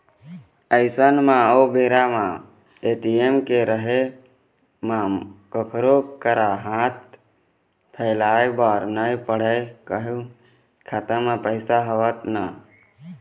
अइसन म ओ बेरा म ए.टी.एम के रहें म कखरो करा हाथ फइलाय बर नइ पड़य कहूँ खाता म पइसा हवय त